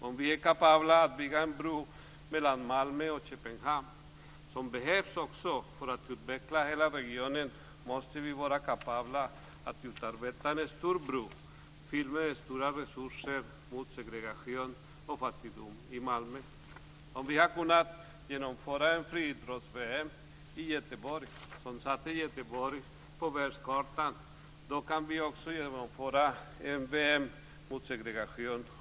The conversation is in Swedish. Om vi är kapabla att bygga en bro mellan Malmö och Köpenhamn, som behövs för att utveckla hela regionen, måste vi vara kapabla att utarbeta en bro fylld med stora resurser mot segregation och fattigdom i Malmö. Om vi har kunnat genomföra ett VM i friidrott i Göteborg som satte Göteborg på världskartan, då kan vi också genomföra ett Fru talman!